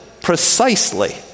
precisely